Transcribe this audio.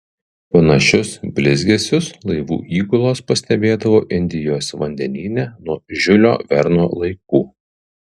panašius blizgesius laivų įgulos pastebėdavo indijos vandenyne nuo žiulio verno laikų